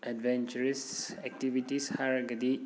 adventurous activities ꯍꯥꯏꯔꯒꯗꯤ